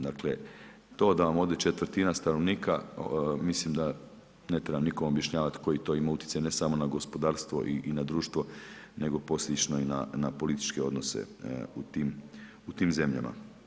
Dakle to da vam ode četvrtina stanovnika, mislim da ne trebam nikom objašnjavat koji to ima utjecaj ne samo na gospodarstvo i na društvo nego posljedično i na političke odnose u tim zemljama.